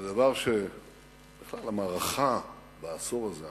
זה דבר שהפך למערכה בעשור הזה,